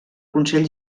consell